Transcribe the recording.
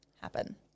happen